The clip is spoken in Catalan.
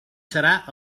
serà